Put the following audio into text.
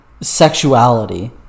sexuality